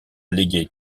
légué